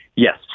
Yes